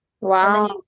wow